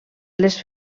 les